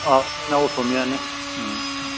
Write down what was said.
औ जोंना असमियाआनो उम